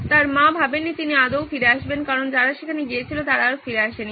তার মা ভাবেননি তিনি আদৌ ফিরে আসবেন কারণ যারা সেখানে গিয়েছিলেন তারা আর ফিরে আসেনি